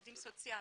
עובדים סוציאליים,